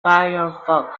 firefox